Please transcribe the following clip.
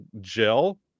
gel